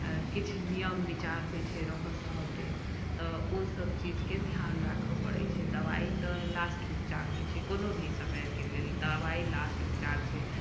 किछु नियम विचार होइ छै रहय सहय के तऽ ओसभ चीजके ध्यान राखऽ परै छै दवाई तऽ लास्ट उपचार होइ छै कोनो भी समयक लेल दवाई लास्ट उपचार छै